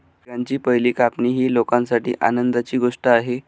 पिकांची पहिली कापणी ही लोकांसाठी आनंदाची गोष्ट आहे